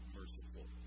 merciful